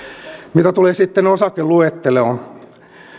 mitä tulee sitten osakasluetteloon